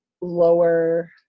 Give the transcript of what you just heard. lower